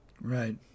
Right